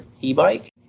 e-bike